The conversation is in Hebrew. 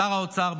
שר האוצר,